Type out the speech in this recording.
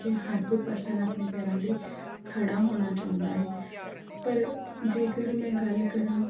ਕਿ ਹਰ ਕੋਈ ਪਰਸਨ ਆਪਣੇ ਪੈਰਾਂ 'ਤੇ ਖੜਾ ਹੋਣਾ ਚਾਹੁੰਦਾ ਹੈ ਪਰ ਜੇਕਰ ਮੈਂ ਗੱਲ ਕਰਾਂ